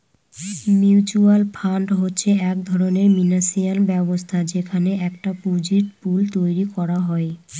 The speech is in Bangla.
মিউচুয়াল ফান্ড হচ্ছে এক ধরনের ফিনান্সিয়াল ব্যবস্থা যেখানে একটা পুঁজির পুল তৈরী করা হয়